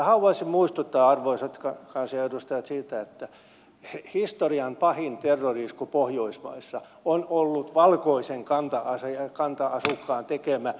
haluaisin muistuttaa arvoisat kansanedustajat siitä että historian pahin terrori isku pohjoismaissa on ollut valkoisen kanta asukkaan tekemä norjassa